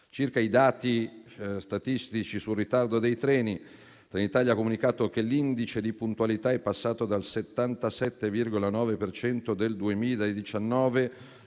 Circa i dati statistici sul ritardo dei treni, Trenitalia ha comunicato che l'indice di puntualità è passato dal 77,9 per